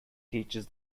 teaches